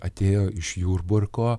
atėjo iš jurbarko